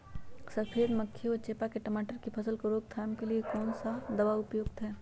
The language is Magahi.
सफेद मक्खी व चेपा की टमाटर की फसल में रोकथाम के लिए कौन सा दवा उपयुक्त है?